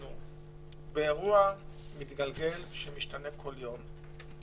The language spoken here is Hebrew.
אנחנו באירוע מתגלגל שמשתנה כל יום.